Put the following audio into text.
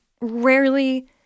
rarely